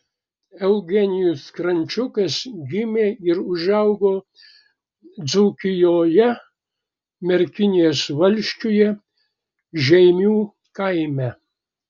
eugenijus krančiukas gimė ir užaugo dzūkijoje merkinės valsčiuje žeimių kaime